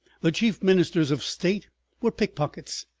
the chief ministers of state were pickpockets,